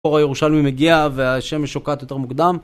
הקור הירושלמי מגיע והשמש שוקעת יותר מוקדם